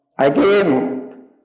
Again